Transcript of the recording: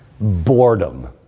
boredom